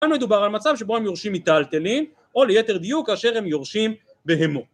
‫אין מדובר על מצב שבו הם יורשים ‫מטלטלין, או ליתר דיוק, כ‫אשר הם יורשים בהמות.